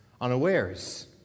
unawares